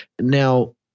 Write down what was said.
Now